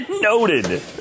Noted